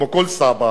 כמו כל סבא.